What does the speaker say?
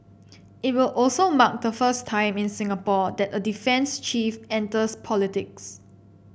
it will also mark the first time in Singapore that a defence chief enters politics